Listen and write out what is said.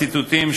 ציטוטים,